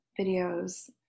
videos